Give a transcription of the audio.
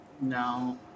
No